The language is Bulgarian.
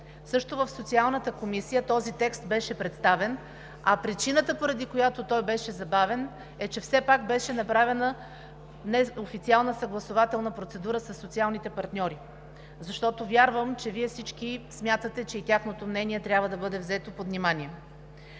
Също в Социалната комисия този текст беше представен, а причината, поради която той беше забавен, е, че все пак беше направена неофициална съгласувателна процедура със социалните партньори, защото вярвам, че Вие всички смятате, че и тяхното мнение трябва да бъде взето под внимание.